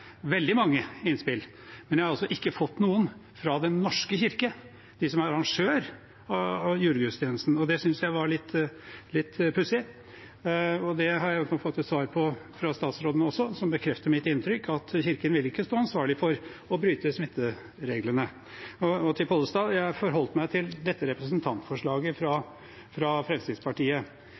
veldig mange innspill – men jeg har altså ikke fått noen fra Den norske kirke, de som er arrangør av julegudstjenesten, og det synes jeg var litt pussig. Og det har jeg fått et svar på fra statsråden også, som bekrefter mitt inntrykk, at Kirken ikke vil stå ansvarlig for å bryte smittevernreglene. Til Pollestad: Jeg forholdt meg til dette representantforslaget fra Fremskrittspartiet. Og jeg synes det er litt pussig fra